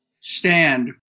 stand